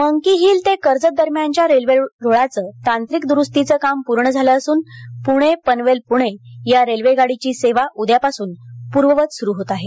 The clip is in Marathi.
मंकी हील ते कर्जत दरम्यानच्या रेल्वेरुळाचं तांत्रिक दुरूस्तीचं काम पूर्ण झालं असून पुणे पनवेल पुणे या रेल्वेगाडीची सेवा उद्यापासून पूर्ववत सुरु होत आहे